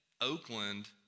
Oakland